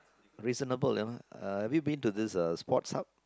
reasonable uh have you been to this uh Sports Hub